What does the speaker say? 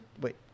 wait